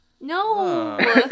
no